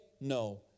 No